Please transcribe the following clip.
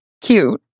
cute